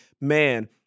man